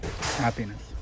Happiness